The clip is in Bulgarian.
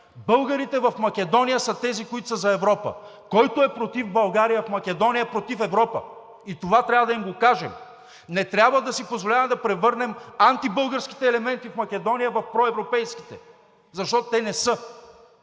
българите в Македония са тези, които са за Европа – който е против България в Македония, е против Европа! И това трябва да им го кажем. Не трябва да си позволяваме да превърнем антибългарските елементи в Македония в проевропейски, защото те не са!